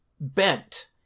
bent